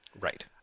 right